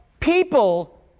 People